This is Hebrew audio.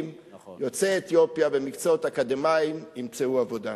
עוד 120 יוצאי אתיופיה בעלי מקצועות אקדמיים ימצאו עבודה.